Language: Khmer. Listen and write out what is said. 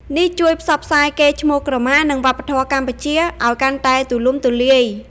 នេះជួយផ្សព្វផ្សាយកេរ្តិ៍ឈ្មោះក្រមា និងវប្បធម៌កម្ពុជាឲ្យកាន់តែទូលំទូលាយ។